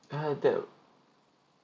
ah that'll